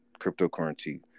cryptocurrency